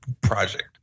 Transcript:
project